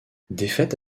défaite